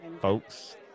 Folks